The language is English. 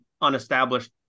unestablished